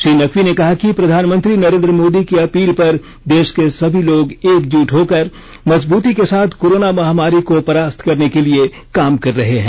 श्री नकवी ने कहा है कि प्रधानमंत्री नरेंद्र मोदी की अपील पर देश के सभी लोग एकजुट होकर मजबूती के साथ कोरोना महामारी को परास्त करने के लिए काम कर रहे हैं